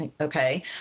okay